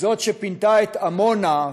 זאת שפינתה את עמונה,